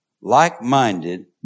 like-minded